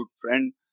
friend